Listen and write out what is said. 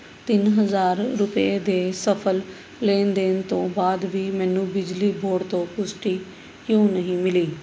ਤਿੰਨ ਹਜ਼ਾਰ ਰੁਪਏ ਦੇ ਸਫਲ ਲੈਣ ਦੇਣ ਤੋਂ ਬਾਅਦ ਵੀ ਮੈਨੂੰ ਬਿਜਲੀ ਬੋਰਡ ਤੋਂ ਪੁਸ਼ਟੀ ਕਿਉਂ ਨਹੀਂ ਮਿਲੀ